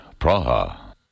Praha